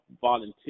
volunteer